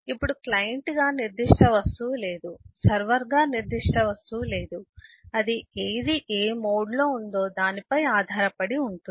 ఇప్పుడు క్లయింట్గా నిర్దిష్ట వస్తువు లేదు సర్వర్గా నిర్దిష్ట వస్తువు లేదు అది ఏది ఏ మోడ్లో ఉందో దానిపై ఆధారపడి ఉంటుంది